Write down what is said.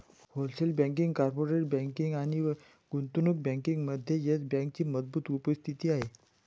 wholesale banking, corporate banking आणि गुंतवणूक बँकिंगमध्ये येस बँकेची मजबूत उपस्थिती आहे